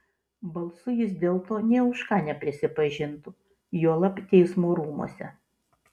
balsu jis dėl to nė už ką neprisipažintų juolab teismo rūmuose